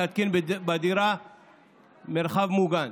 להתקין בדירה מרחב מוגן.